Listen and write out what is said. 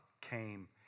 came